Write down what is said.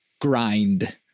grind